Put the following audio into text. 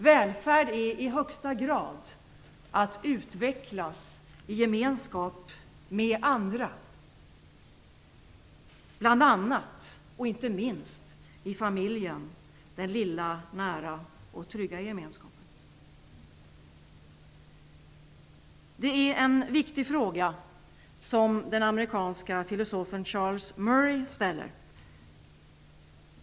Välfärd är i högsta grad att utvecklas i gemenskap med andra, bl.a. och inte minst i familjen, den lilla, nära och trygga gemenskapen. Det är en viktig fråga som den amerikanske filosofen Charles Murray ställer.